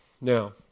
Now